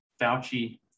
Fauci